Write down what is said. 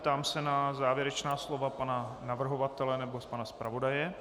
Ptám se na závěrečná slova pana navrhovatele nebo pana zpravodaje.